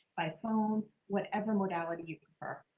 by phone, whatever modality you prefer.